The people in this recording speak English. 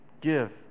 Give